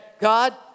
God